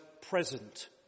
present